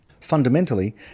Fundamentally